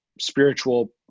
spiritual